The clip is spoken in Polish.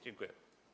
Dziękuję.